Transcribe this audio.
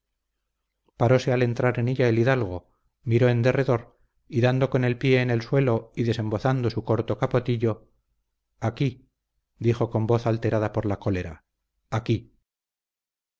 paróse al entrar en ella el hidalgo miró en derredor y dando con el pie en el suelo y desembozando su corto capotillo aquí dijo con voz alterada por la cólera aquí